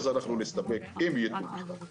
ואנחנו נסתפק בזה אם ייתנו בכלל.